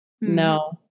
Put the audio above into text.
No